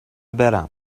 برم